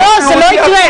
לא, זה לא יקרה.